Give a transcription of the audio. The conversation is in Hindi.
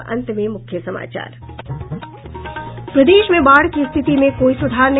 और अब अंत में मुख्य समाचार प्रदेश में बाढ़ की स्थिति में कोई सुधार नहीं